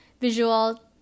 visual